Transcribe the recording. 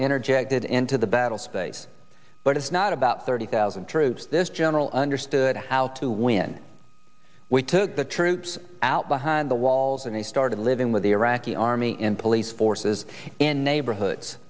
interjected into the battle space but it's not about thirty thousand troops this general understood how to when we took the troops out behind the walls and they started living with the iraqi army and police forces in neighborhoods